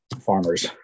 farmers